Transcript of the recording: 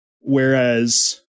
Whereas